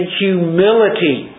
humility